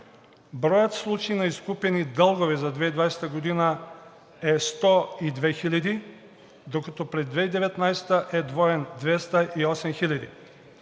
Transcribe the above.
Броят случаи на изкупени дългове за 2020 г. е 102 хиляди, докато през 2019 г. е двоен – 208 хиляди.